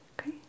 okay